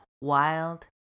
wild